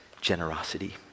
generosity